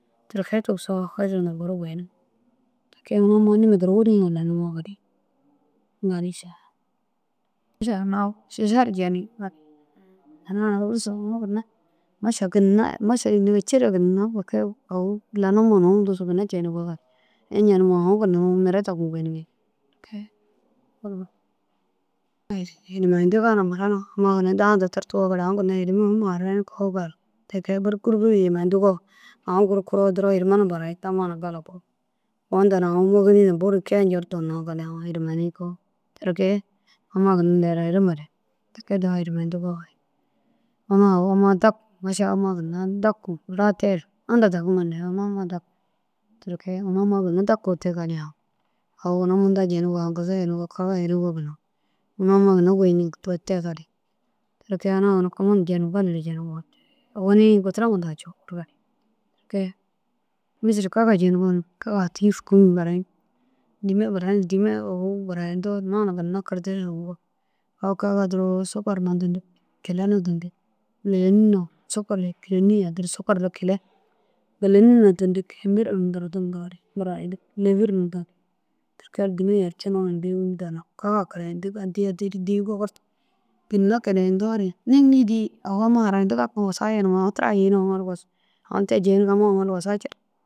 Tike tigisoo fôyire numa bur boyinig. Tike unu ammai niima duro wuruŋa lanimoo bori. maaša lau šiša ru jenig. Maša ginna « Maaša » yintigire ciire ginna jeenigo gali. Iña nimoo? Aũ ginna ini mire dagu gôyinige jila tike. hirimentigaa na mura na ammaa ginna daha tîrtoo gali aũ ginna ginna hirime huma harayinigo gali. Tike bur kûlolou hirimeyindigoo aũ guru kiroo duro hirime na burayinig amma hunaa gala kogoo. Inta au môgiri mire na bur kee njordu hinnoo gali au hirimenigo teke. Amma ginna ler herimare teke daha hirimentig. Amma au amma daku inta dagime hineru ini ammai ginna daku te gali. Au ina munta jenigo haŋasa herigo kaga herigo ginna ini amma ginna gôyintiŋa te gali. Tike ina nuwa ginna komantu jenim gali ru jeniyoo gali owoni gotoroma daha ciiko gali tike mîšilu kaga jenigo burani dîima burayito huŋko huna ginna kirdire. Au kaga duro sukar na duntug kile na duntug gîleni ye sukar ye sukar de kile gîleni re duntug tike ru dîima yercinig impi wîni daha coo gali kaga keleyintig addi addi ru dîi gogortug ginna keleyintore nimiri au amma harayintiga kana ru wasa yenimoo aũ tira hinoo aũ te jeyinoo aũ aũ ru wasaga cenig.